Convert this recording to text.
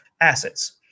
assets